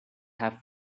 have